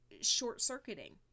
short-circuiting